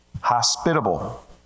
hospitable